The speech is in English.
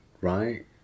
Right